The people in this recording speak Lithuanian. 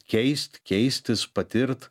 keisti keistis patirt